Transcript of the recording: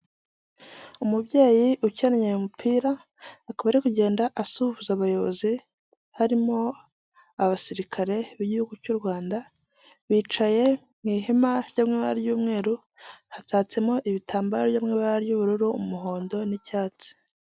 Umubyeyi ukenyeye umupira akaba ari kugenda asuhuza abayobozi harimo abasirikare b'igihugu cy'u Rwanda bicaye mu ihema ry'amabara y'umweru, hatatsemo ibitambaro byo mu ibara ry'ubururu, umuhondo n'icyatsi.